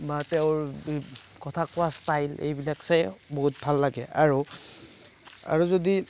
বা তেওঁৰ কথা কোৱা ষ্টাইল এইবিলাক চাই বহুত ভাল লাগে আৰু আৰু যদি